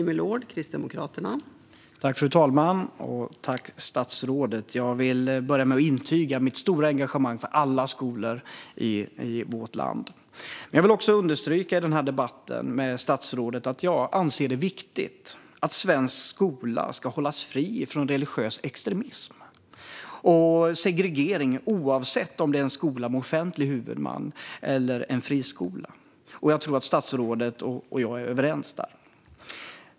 Fru talman! Tack, statsrådet! Jag vill börja med att intyga mitt stora engagemang för alla skolor i vårt land. Jag vill också understryka i denna debatt med statsrådet att jag anser det viktigt att svensk skola ska hållas fri från religiös extremism och segregering oavsett om det är en skola med offentlig huvudman eller en friskola. Jag tror att statsrådet och jag är överens där.